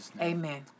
Amen